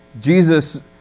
Jesus